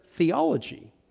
theology